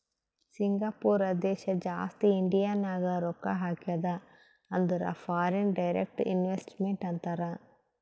Singapore ದೇಶ ಜಾಸ್ತಿ ಇಂಡಿಯಾನಾಗ್ ರೊಕ್ಕಾ ಹಾಕ್ಯಾದ ಅಂದುರ್ ಫಾರಿನ್ ಡೈರೆಕ್ಟ್ ಇನ್ವೆಸ್ಟ್ಮೆಂಟ್ ಅಂತಾರ್